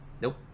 Nope